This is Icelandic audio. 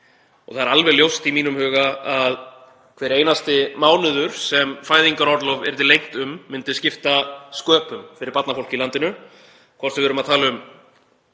Það er alveg ljóst í mínum huga að hver einasti mánuður sem fæðingarorlof yrði lengt um myndi skipta sköpum fyrir barnafólk í landinu, hvort sem við erum að tala um